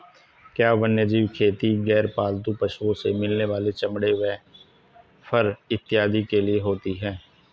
क्या वन्यजीव खेती गैर पालतू पशुओं से मिलने वाले चमड़े व फर इत्यादि के लिए होती हैं?